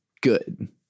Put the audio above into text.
good